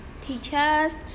teachers